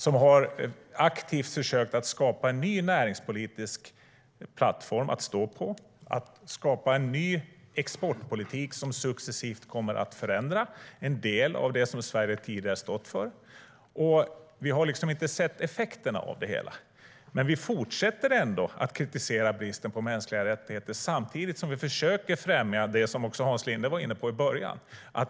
Den har aktivt försökt att skapa en ny näringspolitisk plattform att stå på. Det handlar om att skapa en ny exportpolitik som successivt kommer att förändra en del av det Sverige tidigare stått för. Vi har inte sett effekterna av det hela. Vi fortsätter ändå att kritisera bristen på mänskliga rättigheter samtidigt som vi försöker främja det som också Hans Linde var inne på i början.